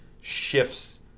shifts